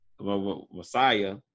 Messiah